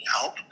help